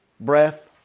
breath